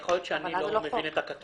יכול להיות שאני לא מבין את הכתוב.